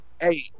Hey